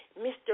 Mr